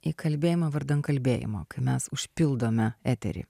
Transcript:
į kalbėjimą vardan kalbėjimo kai mes užpildome eterį